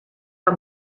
war